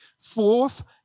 Fourth